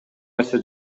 нерсе